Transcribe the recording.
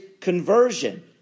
conversion